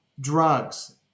drugs